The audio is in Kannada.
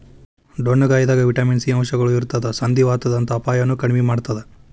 ಡೊಣ್ಣಗಾಯಿದಾಗ ವಿಟಮಿನ್ ಸಿ ಅಂಶಗಳು ಇರತ್ತದ ಸಂಧಿವಾತದಂತ ಅಪಾಯನು ಕಡಿಮಿ ಮಾಡತ್ತದ